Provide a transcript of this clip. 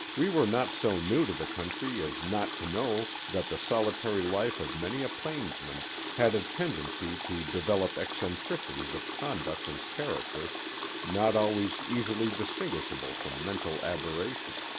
we were not so new to the country as not to know that the solitary life of many a plainsman had a tendency to develop eccentricities of conduct and character not always easily distinguishable from mental aberration.